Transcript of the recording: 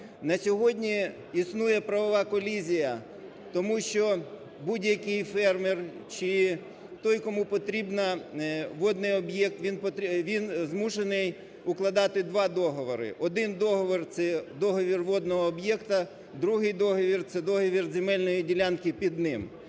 На сьогодні існує правова колізія, тому що будь-який фермер чи той, кому потрібен водний об'єкт, він змушений укладати два договори. Один договір – це договір водного об'єкта, другий договір – це договір земельної ділянки під ним.